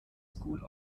school